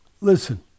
Listen